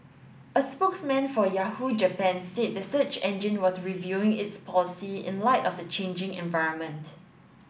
a spokesman for Yahoo Japan said the search engine was reviewing its policy in light of the changing environment